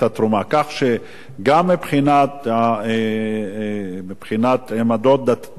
כך שגם מבחינת עמדות דתיות,